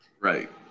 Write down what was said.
Right